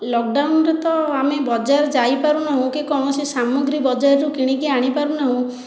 ଲକଡ଼ାଉନରେ ତ ଆମେ ବଜାର ଯାଇପାରୁନାହୁଁ କି କୌଣସି ସାମଗ୍ରୀ ବଜାରରୁ କିଣିକି ଆଣିପାରୁନାହୁଁ